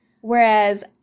whereas